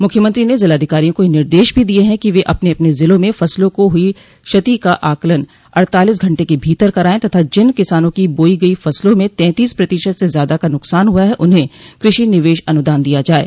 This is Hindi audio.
मुख्यमंत्री ने जिलाधिकारियों को यह निर्देश भी दिये हैं कि वे अपने अपने जिलों में फसलों को हुई क्षति का आकलन अड़तालीस घंटे के भीतर करायें तथा जिन किसानों की बोई गई फसलों में तैंतीस प्रतिशत से ज्यादा का नुकसान हुआ है उन्हें कृषि निवेश अनुदान दिया जाये